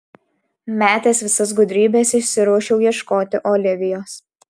metęs visas gudrybes išsiruošiau ieškoti olivijos